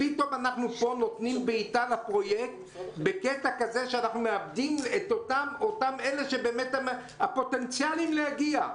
פתאום אנחנו נותנים בעיטה לפרויקט ומאבדים את אלה שהם הפוטנציאל להגיע.